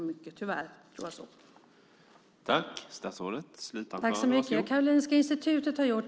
Tyvärr tror jag så.